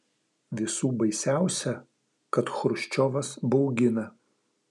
visų baisiausia kad chruščiovas baugina